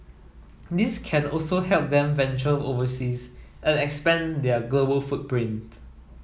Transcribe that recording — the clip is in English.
this can also help them venture overseas and expand their global footprint